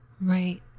Right